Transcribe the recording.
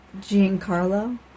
Giancarlo